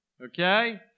Okay